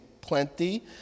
plenty